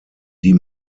die